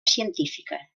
científica